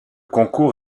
concours